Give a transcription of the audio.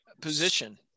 position